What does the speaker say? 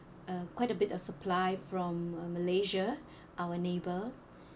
uh quite a bit of supply from um malaysia our neighbour